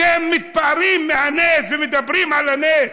אתם מתפארים בנס ומדברים על הנס,